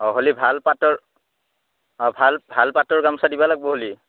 অঁ হ'লি ভাল পাটৰ অঁ ভাল ভাল পাটৰ গামচা দিবা লাগব হ'লি